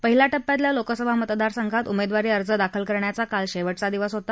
पहिल्या टप्प्यातल्या लोकसभा मतदारसंघात उमेदवारी अर्ज दाखल करण्याचा काल शेवटचा दिवस होता